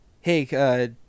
Hey